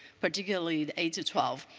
particularly eight twelve.